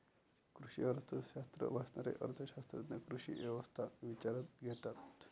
कृषी अर्थशास्त्र वाचणारे अर्थ शास्त्रज्ञ कृषी व्यवस्था विचारात घेतात